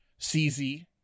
CZ